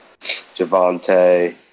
Javante